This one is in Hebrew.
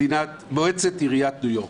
מועצת עיריית ניו יורק